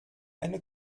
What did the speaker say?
eine